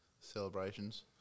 celebrations